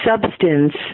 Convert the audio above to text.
substance